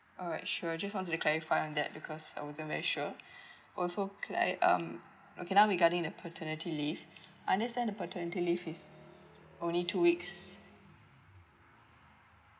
alright sure I just want to clarify on that because I wasn't very sure also could I um okay now regarding the paternity leave understand the paternity leave is only two weeks